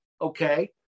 okay